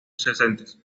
pubescentes